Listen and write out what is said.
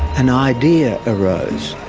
an idea arose.